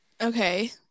Okay